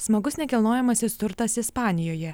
smagus nekilnojamasis turtas ispanijoje